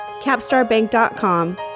capstarbank.com